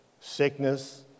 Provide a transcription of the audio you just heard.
sickness